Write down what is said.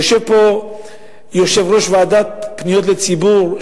יושב פה יושב-ראש הוועדה לפניות הציבור,